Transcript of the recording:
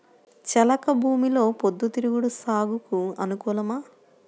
చెలక భూమిలో పొద్దు తిరుగుడు సాగుకు అనుకూలమా?